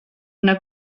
una